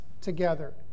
together